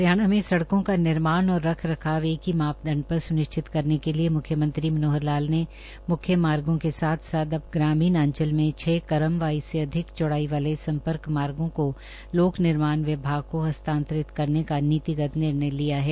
हरियाणा में सड़कों का निर्माण और रख रखाव एक ही मापदंड पर सुनिश्चित करने के लिए मुख्यमंत्री मनोहर लाल ने मुख्य मार्गो के साथ साथ अब ग्रामीण आंचल में छ करम व इससे अधिक चौड़ाई वाले सम्पर्क मार्गो को लोक निर्माण विभाग को हस्तांतरित करने की नीतिगत निर्णय लिया है